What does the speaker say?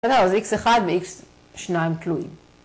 ‫לא, לא, זה X1 ו-X2 תלויים.